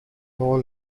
all